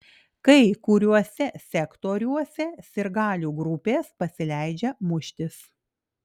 kai kuriuose sektoriuose sirgalių grupės pasileidžia muštis